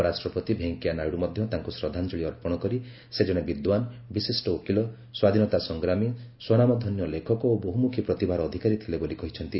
ଉପରାଷ୍ଟ୍ରପତି ଭେଙ୍କିୟାନାଇଡ଼ୁ ମଧ୍ୟ ତାଙ୍କୁ ଶ୍ରଦ୍ଧାଞ୍ଜଳି ଅର୍ପଣ କରି ସେ ଜଣେ ବିଦ୍ୱାନ ବିଶିଷ୍ଟ ଓକିଲ ସ୍ୱାଧୀନତା ସଂଗ୍ରାମ ସ୍ୱନାମଧନ୍ୟ ଲେଖକ ଓ ବହୁମୁଖୀ ପ୍ରତିଭାର ଅଧିକାରୀ ଥିଲେ ବୋଲି କହିଛନ୍ତି